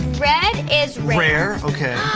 red is rare. ok.